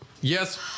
Yes